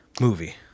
movie